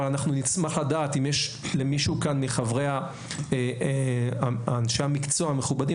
אבל אנחנו נשמח לדעת אם יש למישהו כאן מאנשי המקצוע המכובדים